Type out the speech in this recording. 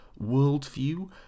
worldview